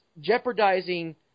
jeopardizing